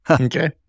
okay